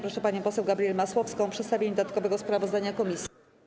Proszę panią poseł Gabrielę Masłowską o przedstawienie dodatkowego sprawozdania komisji.